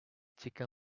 chicken